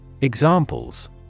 Examples